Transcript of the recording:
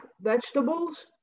vegetables